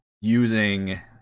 using